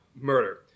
murder